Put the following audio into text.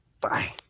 bye